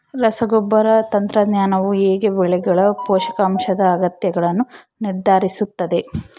ರಸಗೊಬ್ಬರ ತಂತ್ರಜ್ಞಾನವು ಹೇಗೆ ಬೆಳೆಗಳ ಪೋಷಕಾಂಶದ ಅಗತ್ಯಗಳನ್ನು ನಿರ್ಧರಿಸುತ್ತದೆ?